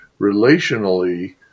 Relationally